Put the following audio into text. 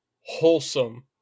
wholesome